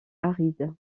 aride